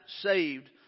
saved